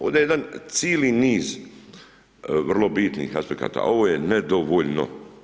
Ovdje je jedan cili niz vrlo bitnih aspekata, ovo je nedovoljno.